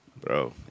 Bro